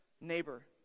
Neighbor